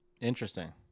Interesting